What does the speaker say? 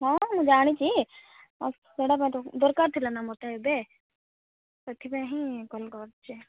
ହଁ ମୁଁ ଜାଣିଛି ସେଇଟା ଦରକାର ଥିଲା ନା ମୋତେ ଏବେ ସେଥିପାଇଁ ହିଁ କଲ୍ କରିଛି